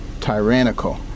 tyrannical